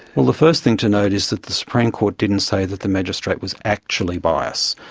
well, the first thing to note is that the supreme court didn't say that the magistrate was actually bias,